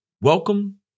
welcome